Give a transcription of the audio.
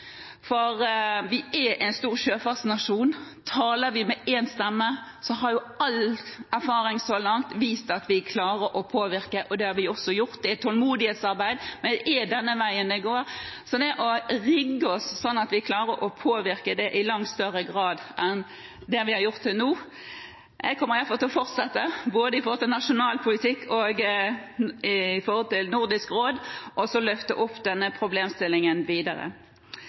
Vi er en stor sjøfartsnasjon. Taler vi med én stemme, har all erfaring så langt vist at vi klarer å påvirke, og det har vi også gjort. Det er et tålmodighetsarbeid, men det er den veien det går, så det gjelder å rigge oss sånn at vi klarer å påvirke i langt større grad enn det vi har gjort til nå. Jeg kommer i hvert fall til å fortsette både gjennom nasjonal politikk og i Nordisk råd å løfte opp denne problemstillingen videre.